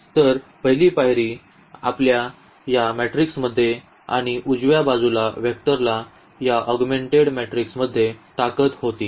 तर पहिली पायरी आपल्या या मॅट्रिक्समध्ये आणि उजव्या बाजूला वेक्टरला या ऑगमेंटेड मॅट्रिक्समध्ये टाकत होती